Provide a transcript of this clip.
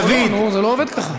נו, זה לא עובד ככה.